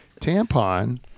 Tampon